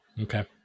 okay